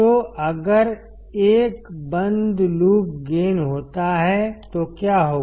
तो अगर एक बंद लूप गेन होता है तो क्या होगा